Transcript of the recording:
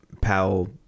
Powell